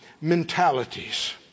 mentalities